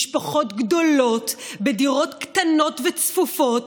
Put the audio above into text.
משפחות גדולות בדירות קטנות וצפופות,